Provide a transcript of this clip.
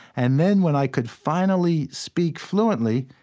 and then when i could finally speak fluently,